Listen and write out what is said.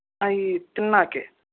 అవి తిన్నాకే